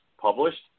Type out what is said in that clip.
published